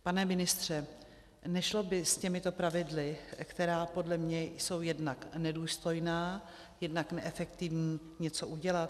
Pane ministře, nešlo by s těmito pravidly, která podle mne jsou jednak nedůstojná, jednak neefektivní, něco udělat?